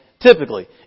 Typically